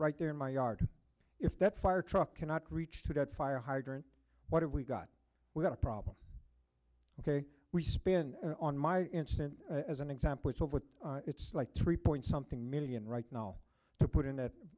right there in my yard if that fire truck cannot reach to that fire hydrant what have we got we have a problem ok we spin on my instant as an example of what it's like three point something million right now to put in that